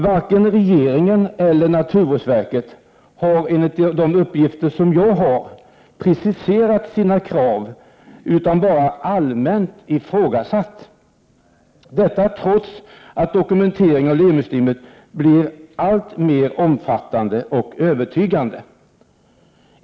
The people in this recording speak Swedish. Varken regeringen eller naturvårdsverket har, enligt de uppgifter jag fått, preciserat sina krav utan bara allmänt ifrågasatt — detta trots att dokumenteringen av Lemi-systemet blir alltmer omfattande och övertygande.